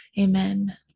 Amen